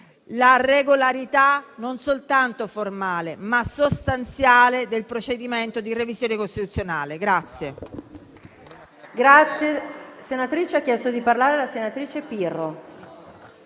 la regolarità non soltanto formale, ma anche sostanziale del procedimento di revisione costituzionale.